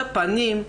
בפנים,